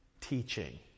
teaching